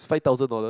five thousand dollars